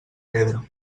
pedra